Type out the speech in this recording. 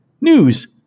news